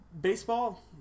baseball